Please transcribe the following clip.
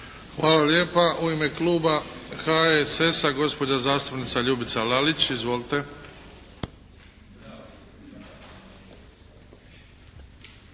Hvala lijepa. U ime kluba HSS-a gospođa zastupnica Ljubica Lalić. Izvolite.